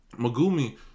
Magumi